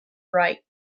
right